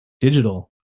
digital